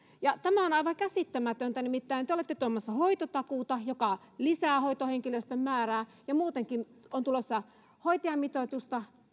tämä on aivan käsittämätöntä nimittäin kun te olette tuomassa hoitotakuuta joka lisää hoitohenkilöstön määrää ja on tulossa hoitajamitoitus